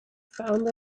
found